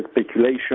speculation